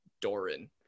Doran